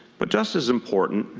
but just as important.